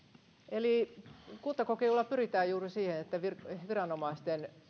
eli kuntakokeiluilla pyritään juuri siihen että viranomaisten